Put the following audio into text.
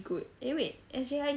good eh wait S_J_I